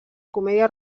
comèdia